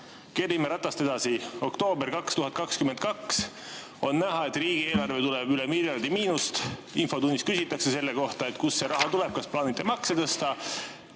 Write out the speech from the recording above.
2022. aasta oktoober ja on näha, et riigieelarvesse tuleb üle miljardi miinust. Infotunnis küsitakse selle kohta: kust see raha tuleb, kas plaanite makse tõsta?